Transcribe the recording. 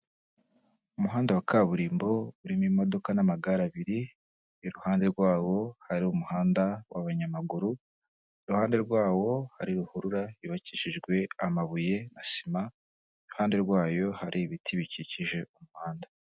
Umuhanda wa kaburimbo urimo imodoka n'amagare abiri, iruhande rwawo hari umuhanda w'abanyamaguru, iruhande rwawo hari ruhurura yubakishijwe amabuye na sima, iruhande rwayo hari ibiti bikikije umuhanda.